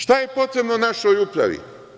Šta je potrebno našoj upravi?